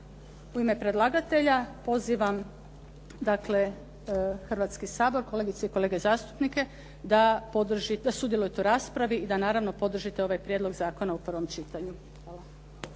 U ime predlagatelja pozivam dakle Hrvatski sabor, kolegice i kolege zastupnike da sudjelujete u raspravi i da naravno podržite ovaj prijedlog zakona u prvom čitanju.